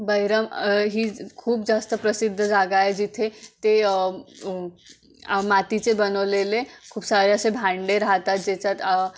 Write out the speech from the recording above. बैरम ही खूप जास्त प्रसिद्ध जागा आहे जिथे ते मातीचे बनवलेले खूप सारे असे भांडे राहतात ज्याच्यात खूप जस्त